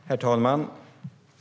Herr talman!